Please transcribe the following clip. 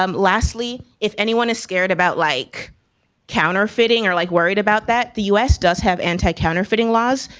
um lastly, if anyone is scared about, like counterfeiting, or like worried about that, the us does have anti counterfeiting laws.